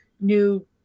New